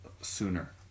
sooner